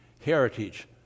heritage